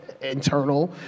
internal